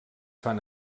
fan